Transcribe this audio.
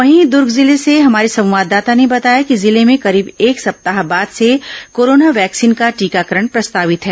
वहीं दूर्ग जिले से हमारे संवाददाता ने बताया कि जिले में करीब एक सप्ताह बाद से कोरोना वैक्सीन का टीकाकरण प्रस्तावित है